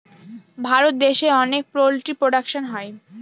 ভারত দেশে অনেক poultry production হয়